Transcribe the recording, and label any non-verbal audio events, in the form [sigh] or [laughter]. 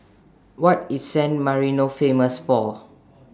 What IS San Marino Famous [noise] For